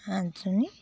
আঠজনী